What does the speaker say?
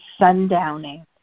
sundowning